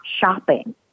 shopping